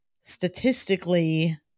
statistically